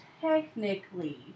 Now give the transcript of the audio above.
technically